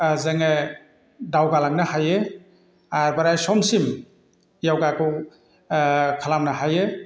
जोङो दावगा लांनो हायो आर बोराइ समसिम योगाखौ खालामनो हायो